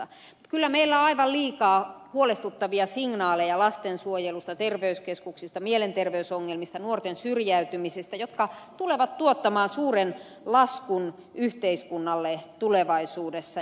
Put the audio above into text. mutta kyllä meillä on aivan liikaa huolestuttavia signaaleja lastensuojelusta terveyskeskuksista mielenterveysongelmista nuorten syrjäytymisestä jotka tulevat tuottamaan suuren laskun yhteiskunnalle tulevaisuudessa